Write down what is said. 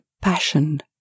passion